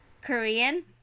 Korean